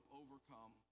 overcome